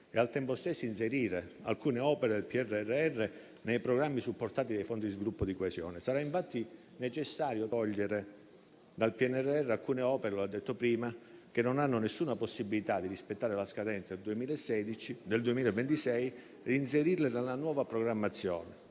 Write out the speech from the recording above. e, al tempo stesso, inserire alcune opere del PNRR nei programmi supportati dai Fondi sviluppo e di coesione. Sarà infatti necessario togliere dal PNRR alcune opere - lo ha detto prima - che non hanno alcuna possibilità di rispettare la scadenza del 2026, per inserirle nella nuova programmazione